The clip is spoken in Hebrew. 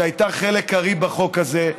שהייתה חלק הארי בחוק הזה.